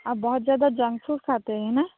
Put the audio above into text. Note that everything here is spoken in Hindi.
आप बहुत ज़्यादा जंक फूड खाते है ना